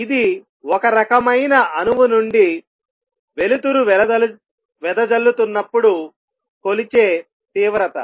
ఇది ఒక రకమైన అణువు నుండి వెలుతురు వెదజల్లుతునప్పుడు కొలిచే తీవ్రత